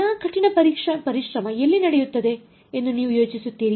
ಎಲ್ಲಾ ಕಠಿಣ ಪರಿಶ್ರಮ ಎಲ್ಲಿ ನಡೆಯುತ್ತದೆ ಎಂದು ನೀವು ಯೋಚಿಸುತ್ತೀರಿ